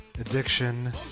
addiction